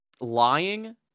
lying